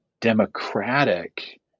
democratic